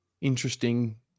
interesting